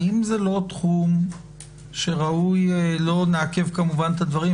האם זה לא תחום שראוי לא נעכב את הדברים,